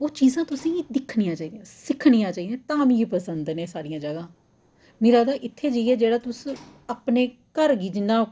ओह् चीजां तुसेंई दिक्खनियां चाहिदियां सिक्खनियां चाहिदियां तां मिगी पसंद न एह् सारियां जगहां मी लगदा इत्थै जाइयै जेह्ड़ा तुस अपने घर गी जिन्ना